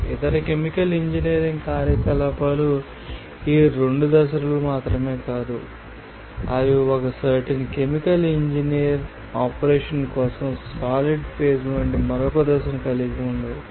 ఇతర chemical engineering కార్యకలాపాలు ఈ 2 దశలు మాత్రమే కాదు అవి ఒక సర్టెన్ కెమికల్ ఇంజనీర్ ఆపరేషన్ కోసం సాలిడ్ ఫేజ్ వంటి మరొక దశను కలిగి ఉండవచ్చు